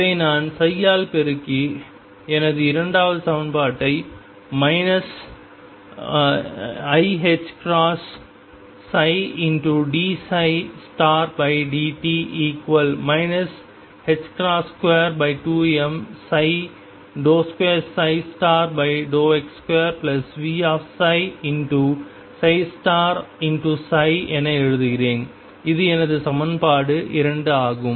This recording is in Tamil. இதை நான் ஆல் பெருக்கி எனது இரண்டாவது சமன்பாட்டை மைனஸ் iℏψ∂t 22m2x2Vx என எழுதுகிறேன் இது எனது சமன்பாடு எண் 2 ஆகும்